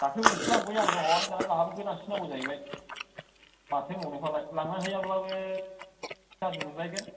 दाख्लै गंसे लांबाय आं हनै दाना गावहाबो गोदानसो नांगौ जाहैबाय माथो होनबावनो फालाय लांनानै हैयाब्लाबो गाज्रि मोनलायगोन